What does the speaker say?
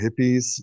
hippies